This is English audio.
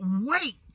wait